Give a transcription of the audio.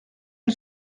une